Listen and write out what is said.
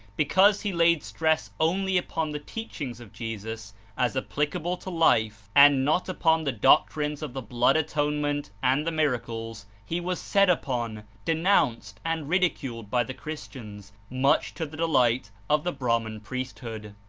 because he laid stress only upon the teachings of jesus as applicable to life, and not upon the doctrines of the blood atonement and the miracles, he was set upon, denounced and ridiculed by the christians, much to the delight of the brahman priest hood.